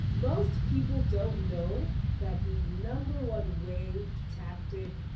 most people don't know, that the number one way tactic,